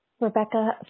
Rebecca